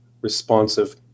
responsive